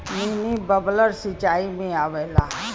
mini bubbler सिचाई में आवेला